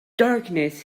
darkness